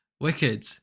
wicked